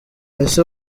ese